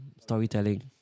storytelling